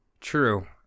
True